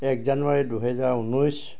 এক জানুৱাৰী দুহেজাৰ ঊনৈছ